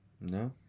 No